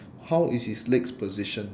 how is his legs positioned